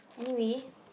anyway